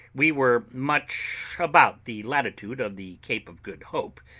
we were much about the latitude of the cape of good hope,